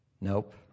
Nope